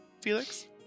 Felix